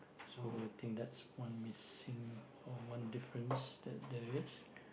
so I think that's one missing or one difference that there is